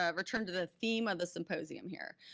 ah return to the theme of the symposium here,